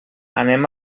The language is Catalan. anem